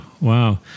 wow